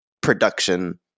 production